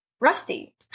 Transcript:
rusty